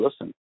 listen